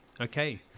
okay